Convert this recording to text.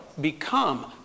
become